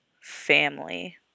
family